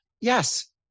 Yes